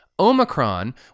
Omicron